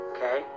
Okay